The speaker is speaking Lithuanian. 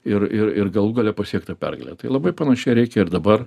ir ir ir galų gale pasiekta pergalė tai labai panašiai reikia ir dabar